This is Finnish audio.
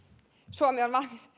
suomi on valmis